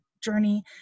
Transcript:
journey